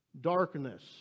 Darkness